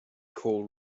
call